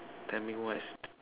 tell me what is